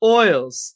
oils